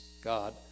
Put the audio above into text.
God